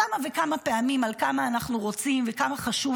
כמה וכמה פעמים על כמה אנחנו רוצים וכמה חשוב